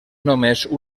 només